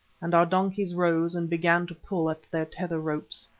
and our donkeys rose and began to pull at their tether-ropes.